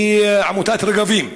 היא עמותת רגבים,